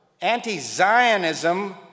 anti-Zionism